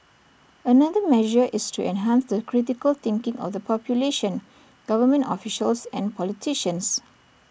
another measure is to enhance the critical thinking of the population government officials and politicians